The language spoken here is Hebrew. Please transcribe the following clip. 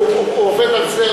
הוא עובד על זה.